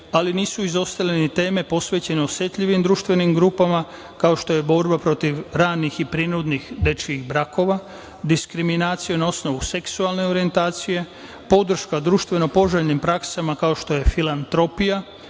ali nisu izostale ni teme posvećene osetljivim društvenim grupama, kao što je borba protiv ranih i prinudnih dečijih brakova, diskriminaciju na osnovu seksualne orjentacije, podrška društveno poželjnim praksama, kao što je filantropija,